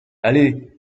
allez